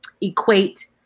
equate